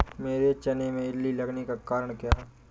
मेरे चने में इल्ली लगने का कारण क्या है?